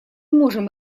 можем